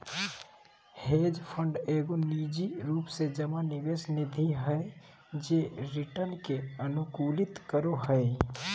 hedge fund एगो निजी रूप से जमा निवेश निधि हय जे रिटर्न के अनुकूलित करो हय